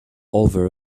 over